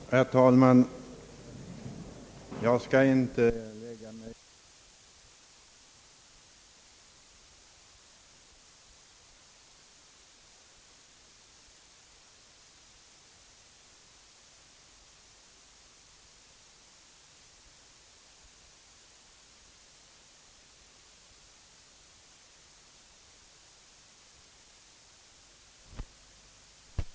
Herr talman! Jag skall inte lägga mig i försvarsfrågorna och den debatt som just nu förts om dem.